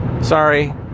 Sorry